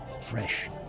fresh